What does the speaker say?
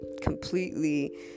completely